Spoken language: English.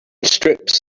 strips